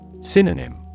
Synonym